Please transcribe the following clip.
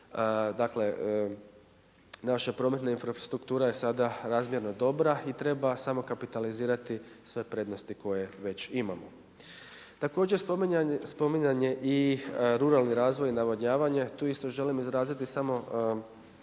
Dakle naša prometna infrastruktura je sada razmjerno dobro i treba samo kapitalizirati sve prednosti koje sve već imamo. Također spominjan je i ruralni razvoj i navodnjavanje, tu isto želim izraziti samo